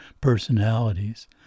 personalities